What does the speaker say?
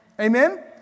Amen